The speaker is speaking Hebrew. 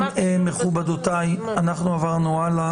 מכובדותיי, אנחנו עוברים הלאה.